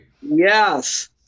Yes